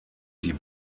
die